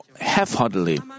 half-heartedly